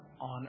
on